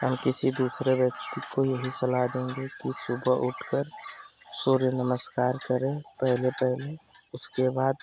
हम किसी दूसरे व्यक्ति को यही सलाह देंगे कि सुबह उठ कर सूर्य नमस्कार करें पहले पहले उसके बाद